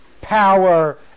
power